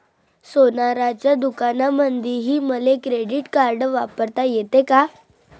सोनाराच्या दुकानामंधीही मले क्रेडिट कार्ड वापरता येते का?